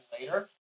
later